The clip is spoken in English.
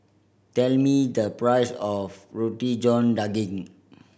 tell me the price of Roti John Daging